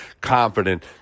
confident